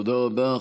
תודה רבה.